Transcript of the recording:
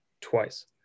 twice